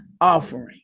offering